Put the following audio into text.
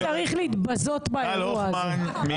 למה אתה צריך להתבזות באירוע הזה?